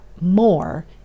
more